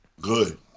Good